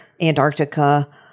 Antarctica